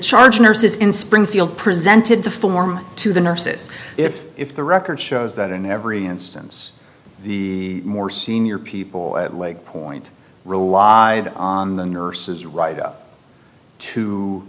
charge nurses in springfield presented the form to the nurses if if the record shows that in every instance the more senior people at late point relied on the nurses right up to